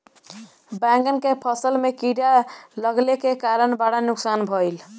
बैंगन के फसल में कीड़ा लगले के कारण बड़ा नुकसान भइल